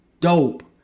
dope